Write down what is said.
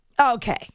okay